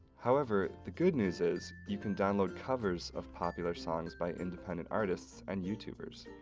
however, the good news is you can download covers of popular songs by independent artists, and youtubers.